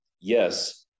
yes